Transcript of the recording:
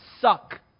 suck